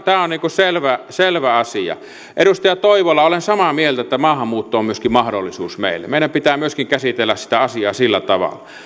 selvä selvä asia edustaja toivola olen samaa mieltä että maahanmuutto on myöskin mahdollisuus meille meidän pitää käsitellä sitä asiaa myöskin sillä tavalla